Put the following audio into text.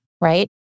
right